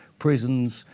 prisons,